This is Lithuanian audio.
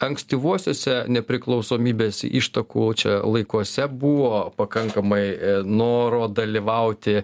ankstyvuosiuose nepriklausomybės ištakų čia laikuose buvo pakankamai noro dalyvauti